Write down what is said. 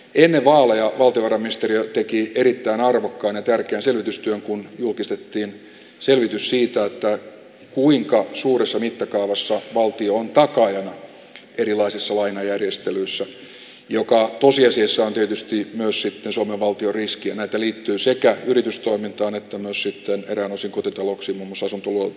ennen vaaleja valtiovarainministeriö teki erittäin arvokkaan ja tärkeän selvitystyön kun julkistettiin selvitys siitä kuinka suuressa mittakaavassa valtio on takaajana erilaisissa lainajärjestelyissä mikä tosiasiassa on tietysti myös sitten suomen valtion riski ja näitä liittyy sekä yritystoimintaan että myös sitten eräin osin kotitalouksiin muun muassa asuntoluototuksen kohdalla